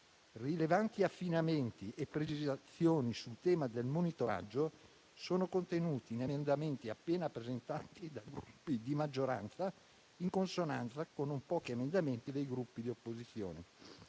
Rilevanti affinamenti e precisazioni sul tema del monitoraggio sono contenuti in emendamenti appena presentati da Gruppi di maggioranza, in consonanza con non pochi emendamenti dei Gruppi di opposizione.